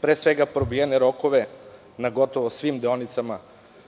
Pre svega, probijene rokove na gotovo svim deonicama